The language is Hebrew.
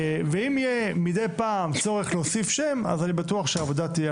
ואם יהיה מדי פעם צורך להוסיף שם אז אני בטוח שהעבודה על